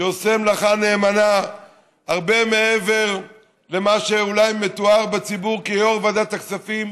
שעושה מלאכה נאמנה הרבה מעבר למה שאולי מתואר בציבור כיו"ר ועדת הכספים,